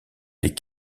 les